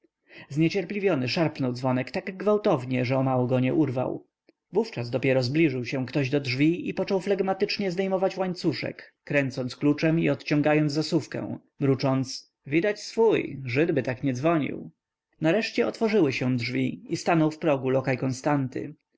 otwierano zniecierpliwiony szarpnął dzwonek tak gwałtownie że o mało go nie urwał wówczas dopiero zbliżył się ktoś do drzwi i począł flegmatycznie zdejmować łańcuszek kręcić kluczem i odciągać zasówkę mrucząc widać swój żydby tak nie dzwonił nareszcie otworzyły się drzwi i stanął w progu lokaj konstanty